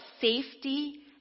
safety